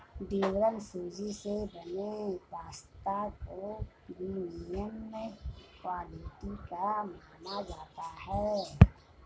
durum सूजी से बने पास्ता को प्रीमियम क्वालिटी का माना जाता है